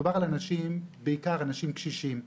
מדובר על אנשים, בעיקר אנשים קשישים,